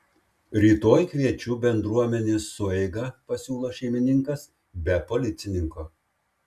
rytoj kviečiu bendruomenės sueigą pasiūlo šeimininkas be policininko